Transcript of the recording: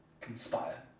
conspire